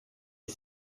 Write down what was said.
est